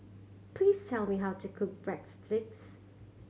please tell me how to cook break sticks